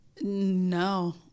No